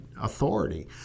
authority